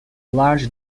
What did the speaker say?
large